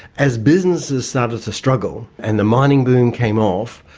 as businesses started to struggle and the mining boom came off,